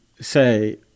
say